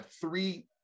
three